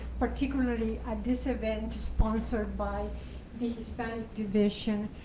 particularly at this event sponsored by the hispanic division.